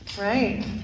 Right